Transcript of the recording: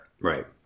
Right